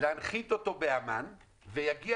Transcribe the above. להנחית אותו בעמאן ויגיע